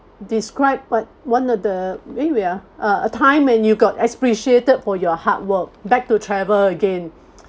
describe what one of the eh wait ah uh a time when you got appreciated for your hard work back to travel again